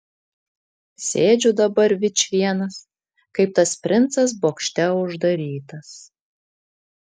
sėdžiu dabar vičvienas kaip tas princas bokšte uždarytas